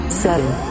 seven